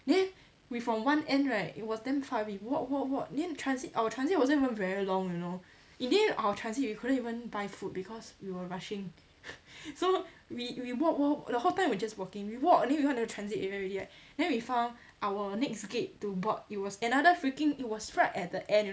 then we from one end right it was damn far we walk walk walk then transit our transit wasn't even very long you know in the end our transit we couldn't even buy food because we were rushing so we we walk walk the whole time we just walking we walk in front of our transit area already right then we found our next gate to board it was another freaking it was right at the end you know